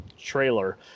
trailer